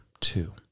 two